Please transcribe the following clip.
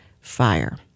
fire